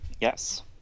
Yes